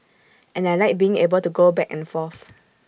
and I Like being able to go back and forth